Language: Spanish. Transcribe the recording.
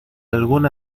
algún